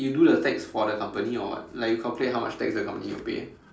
you do the tax for the company or what like you calculate how much the tax the company will pay